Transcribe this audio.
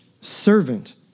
servant